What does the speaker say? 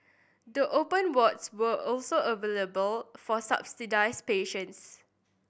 the open wards also available for subsidised patients